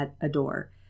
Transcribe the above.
adore